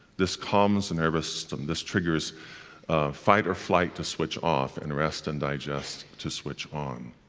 this calms the nervous system, this triggers fight-or-flight to switch off, and rest-and-digest to switch on